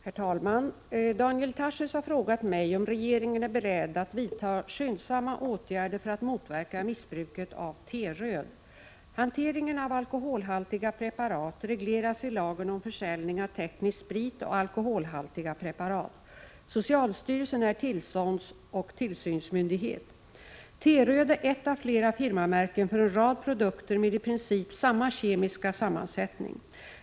Herr talman! Daniel Tarschys har frågat mig om regeringen är beredd att vidta skyndsamma åtgärder för att motverka missbruket av ”T-röd”. ”T-röd” är ett av flera firmamärken för en rad produkter med i princip samma kemiska sammansättning.